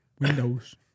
windows